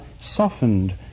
softened